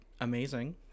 amazing